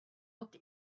looked